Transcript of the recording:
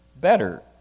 better